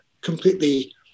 completely